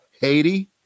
Haiti